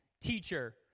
Teacher